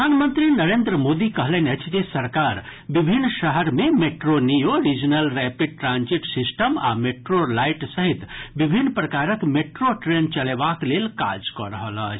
प्रधानमंत्री नरेन्द्र मोदी कहलनि अछि जे सरकार विभिन्न शहर मे metro neo regional rapid transit system आ मेट्रो लाइट सहित विभिन्न प्रकारक मेट्रो ट्रेन चलेबाक लेल काज कऽ रहल अछि